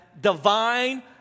divine